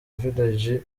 village